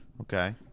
Okay